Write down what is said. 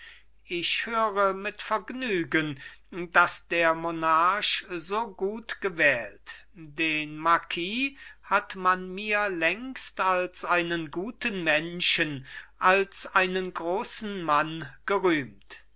ich höre mit vergnügen daß der monarch so gut gewählt den marquis hat man mir längst als einen guten menschen als einen großen mann gerühmt